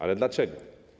Ale dlaczego?